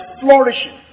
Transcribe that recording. flourishing